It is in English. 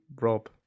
Rob